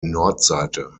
nordseite